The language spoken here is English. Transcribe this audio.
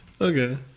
Okay